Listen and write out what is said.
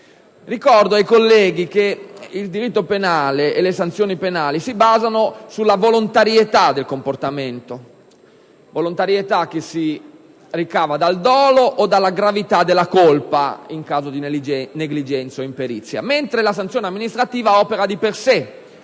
Ricordo ai colleghi che il diritto penale e le sanzioni penali si basano sulla volontarietà del comportamento, che si ricava dal dolo o dalla gravità della colpa in caso di negligenza o imperizia; invece la sanzione amministrativa opera di per sé